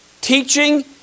Teaching